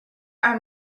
are